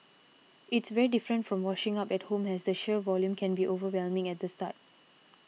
it's very different from washing up at home as the sheer volume can be overwhelming at the start